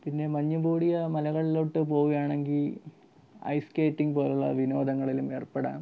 പിന്നെ മഞ്ഞുമൂടിയ മലകളിലോട്ട് പോവുകയാണെങ്കിൽ ഐസ് കേറ്റിങ് പോലുള്ള വിനോദങ്ങളിലും ഏർപ്പെടാം